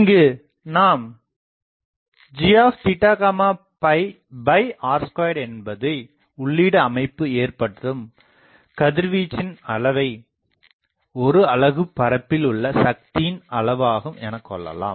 இங்கு நாம் gr2 என்பதை உள்ளீடு அமைப்பு ஏற்படுத்தும் கதிர்வீச்சின் அளவை ஒரு அலகு பரப்பில் உள்ள சக்தியின் அளவாகும் எனக்கொள்ளலாம்